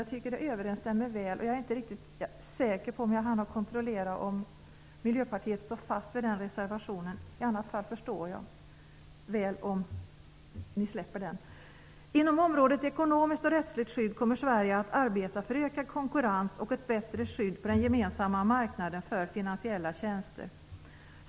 Jag tycker att texterna överensstämmer väl. Jag är inte säker på att jag hann kontrollera om Miljöpartiet står fast vid den reservationen. Jag förstår väl om ni släpper den. Inom området ekonomiskt och rättsligt skydd kommer Sverige att arbeta för ökad konkurrens och ett bättre skydd på den gemensamma marknaden för finansiella tjänster.